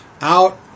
out